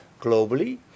globally